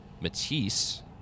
Matisse